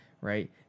right